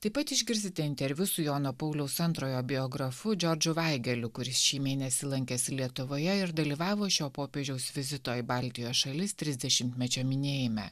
taip pat išgirsite interviu su jono pauliaus antrojo biografu džordžu vaigeliu kuris šį mėnesį lankėsi lietuvoje ir dalyvavo šio popiežiaus vizito į baltijos šalis trisdešimtmečio minėjime